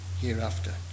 hereafter